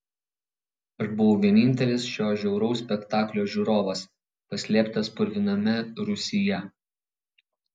aš buvau vienintelis šio žiauraus spektaklio žiūrovas paslėptas purviname rūsyje